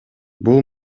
бул